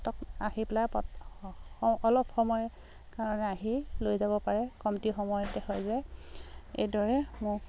আহি পেলাই অলপ সময়ৰ কাৰণে আহি লৈ যাব পাৰে কমটি সময়তে হৈ যায় এইদৰে মোক